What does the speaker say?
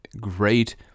great